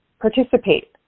participate